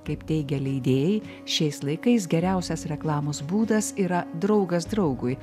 kaip teigia leidėjai šiais laikais geriausias reklamos būdas yra draugas draugui